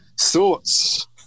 thoughts